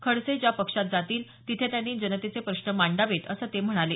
खडसे ज्या पक्षात जातील तिथे त्यांनी जनतेचे प्रश्न मांडावेत असं ते म्हणाले